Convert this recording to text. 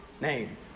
name